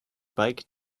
bike